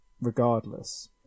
regardless